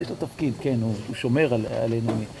יש לו תפקיד, כן, הוא שומר עלינו.